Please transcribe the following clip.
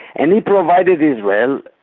and he provided israel,